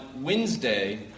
Wednesday